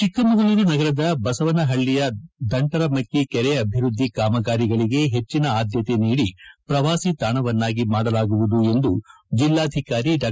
ಚಿಕ್ಕಮಗಳೂರು ನಗರದ ಬಸವನಹಳ್ಳಯ ದಂಟರಮಕ್ಕ ಕೆರೆ ಅಭಿವೃದ್ದಿ ಕಾಮಗಾರಿಗಳಿಗೆ ಹೆಚ್ಚಿನ ಆದ್ದತೆ ನೀಡಿ ಪ್ರವಾಸಿ ತಾಣವನ್ನಾಗಿ ಮಾಡಲಾಗುವುದು ಎಂದು ಜೆಲ್ಲಾಧಿಕಾರಿ ಡಾ